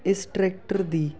ਇਸ ਟਰੈਕਟਰ ਦੀ